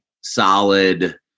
solid